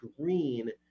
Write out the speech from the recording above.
green